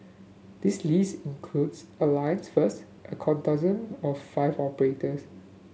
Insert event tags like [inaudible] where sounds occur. the list includes Alliance First a [unintelligible] dozen of five operators